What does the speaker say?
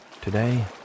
today